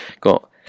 got